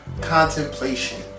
contemplation